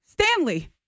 Stanley